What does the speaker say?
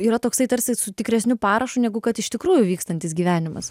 yra toksai tarsi su tikresniu parašu negu kad iš tikrųjų vykstantis gyvenimas